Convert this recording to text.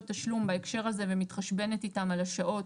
תשלום בהקשר הזה ומתחשבנת איתם על השעות,